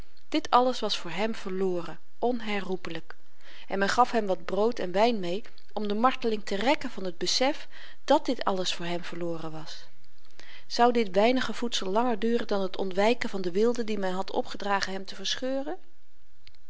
dit alles was voor hem verloren onherroepelyk en men gaf hem wat brood en wyn mee om de marteling te rekken van t besef dàt dit alles voor hem verloren was zou dit weinige voedsel langer duren dan t ontwyken van de wilden dien men had opgedragen hem te verscheuren